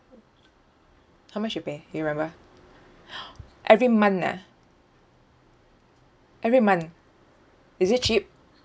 how much you pay you remember every month ah every month is it cheap